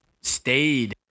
Stayed